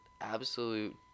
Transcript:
absolute